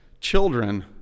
children